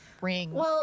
ring